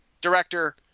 Director